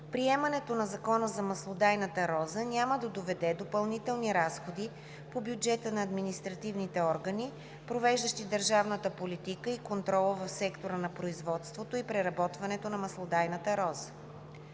Приемането на Закона за маслодайната роза няма да доведе до допълнителни разходи по бюджета на административните органи, провеждащи държавната политика и контрола в сектора на производството и преработването на маслодайната роза.